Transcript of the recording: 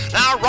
Now